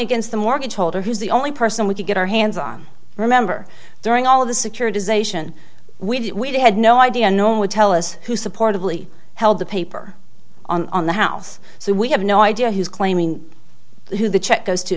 against the mortgage holder who is the only person we could get our hands on remember during all of the securitization we had no idea no one would tell us who supported lee held the paper on the house so we have no idea who's claiming who the check goes to